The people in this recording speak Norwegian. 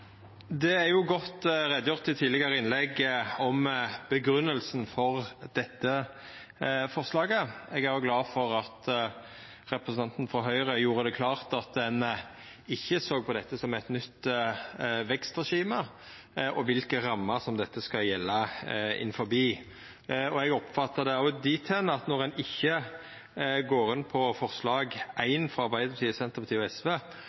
forslaget er jo gjort godt greie for i tidlegare innlegg. Eg er òg glad for at representanten frå Høgre gjorde det klart at ein ikkje såg på dette som eit nytt vekstregime, og gjorde klart kva rammer dette skal gjelda innanfor. Eg oppfattar det òg slik at når ein ikkje går inn på forslag nr. 1, frå Arbeidarpartiet, Senterpartiet og SV,